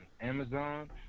Amazon